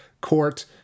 court